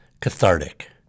cathartic